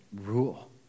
rule